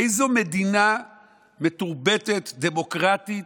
איזו מדינה מתורבתת, דמוקרטית,